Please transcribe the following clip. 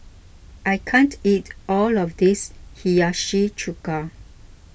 I can't eat all of this Hiyashi Chuka